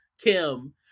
Kim